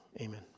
Amen